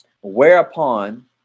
Whereupon